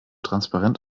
transparent